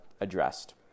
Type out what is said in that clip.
addressed